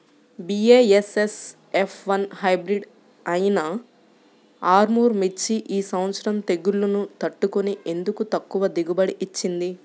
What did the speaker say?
BASF F one hybrid అయినా ఆర్ముర్ మిర్చి ఈ సంవత్సరం తెగుళ్లును తట్టుకొని ఎందుకు ఎక్కువ దిగుబడి ఇచ్చింది?